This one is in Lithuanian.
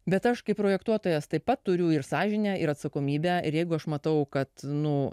bet aš kaip projektuotojas taip pat turiu ir sąžinę ir atsakomybę ir jeigu aš matau kad nu